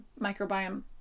microbiome